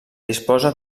disposa